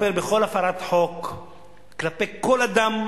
לטפל בכל הפרת חוק כלפי כל אדם,